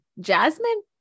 Jasmine